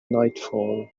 nightfall